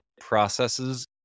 processes